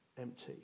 empty